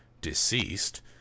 deceased